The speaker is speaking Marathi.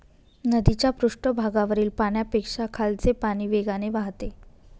नदीच्या पृष्ठभागावरील पाण्यापेक्षा खालचे पाणी वेगाने वाहते